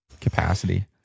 capacity